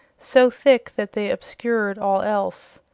so thick that they obscured all else.